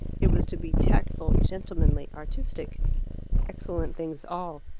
it was to be tactful, gentlemanly, artistic excellent things all.